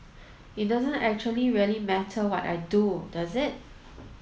it doesn't actually really matter what I do does it